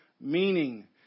meaning